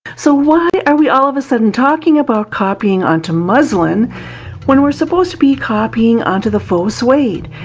so why are we all of a sudden talking about copying onto muslin when we're supposed to be copying onto the faux suede,